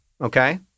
Okay